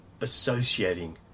associating